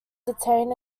detained